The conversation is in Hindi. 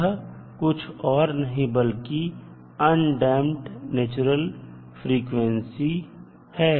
यह कुछ और नहीं बल्कि undamped नेचुरल फ्रीक्वेंसी है